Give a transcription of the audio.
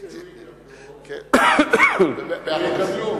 ירצו יקבלו, לא ירצו לא יקבלו,